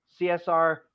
CSR